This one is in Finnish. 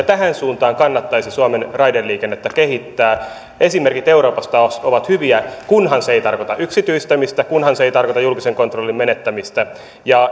tähän suuntaan kannattaisi suomen raideliikennettä kehittää esimerkit euroopasta ovat hyviä kunhan se ei tarkoita yksityistämistä kunhan se ei tarkoita julkisen kontrollin menettämistä